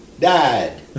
died